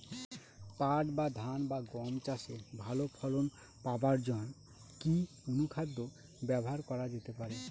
পাট বা ধান বা গম চাষে ভালো ফলন পাবার জন কি অনুখাদ্য ব্যবহার করা যেতে পারে?